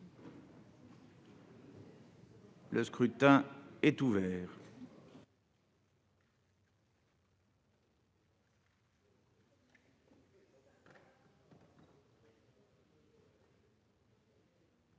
Le scrutin est ouvert.